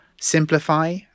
simplify